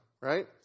right